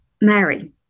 Mary